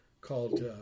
called